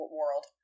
world